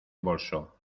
bolso